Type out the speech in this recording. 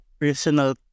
personal